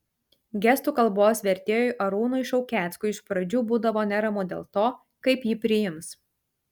gestų kalbos vertėjui arūnui šaukeckui iš pradžių būdavo neramu dėl to kaip jį priims